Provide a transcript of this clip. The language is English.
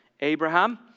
Abraham